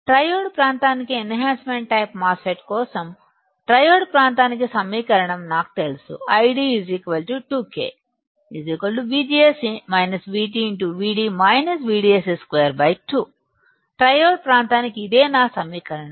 triode ప్రాంతానికి N హాన్సమెంట్టైపు MOSFET కోసం ట్రయోడ్ ప్రాంతానికి సమీకరణం నాకు తెలుసు ID 2K VD - VDS 2 2 triode ప్రాంతానికి ఇది నా సమీకరణం